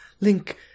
link